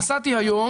נסעתי היום.